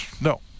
no